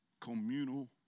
communal